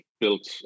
built